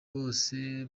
bose